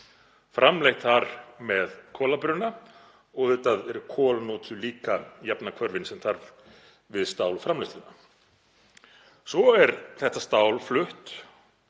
framleitt þar með kolabruna og auðvitað eru kol notuð líka í efnahvörfin sem þarf við stálframleiðsluna. Svo er þetta stál flutt